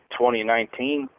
2019